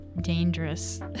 dangerous